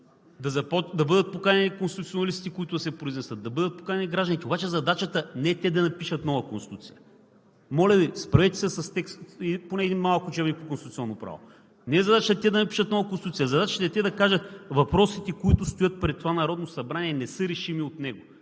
да бъдат поканени конституционалистите, които да се произнесат, да бъдат поканени гражданите. Задачата обаче е не те да напишат нова Конституция. Моля Ви, справете се с текстовете или поне с един малък учебник по Конституционно право. Задачата не е да напишат нова Конституция, задачата е да кажат въпросите, които стоят пред това Народно събрание. Не са решими от него,